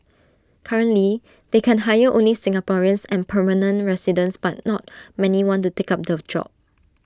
currently they can hire only Singaporeans and permanent residents but not many want to take up the job